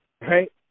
Right